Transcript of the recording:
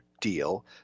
deal